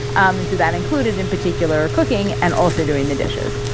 and so that included, in particular, cooking, and also doing the dishes.